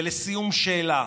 ולסיום, שאלה: